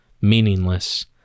meaningless